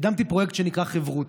קידמתי פרויקט שנקרא חברותא.